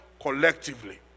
collectively